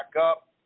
up